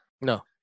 No